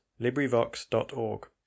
LibriVox.org